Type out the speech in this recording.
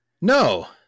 No